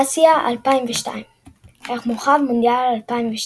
אסיה 2002 ערך מורחב – מונדיאל 2002